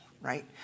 right